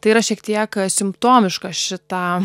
tai yra šiek tiek simptomiška šitam